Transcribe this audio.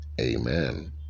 Amen